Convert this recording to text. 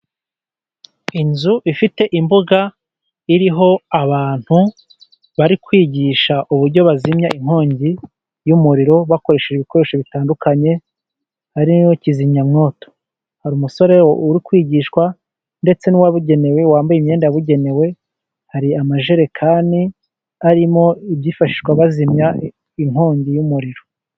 Inzu ifite imbuga iriho abantu bari kwigisha uburyo bazimya inkongi y'umuriro, bakoresheje ibikoresho bitandukanye ariyo kizimyamwoto. Hari umusore uri kwigishwa ndetse n'uwabugenewe wambaye imyenda yabugenewe, hari amajerekani arimo ibyifashishwa bazimya inkongi y'umuriro.